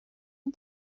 این